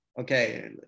Okay